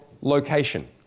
location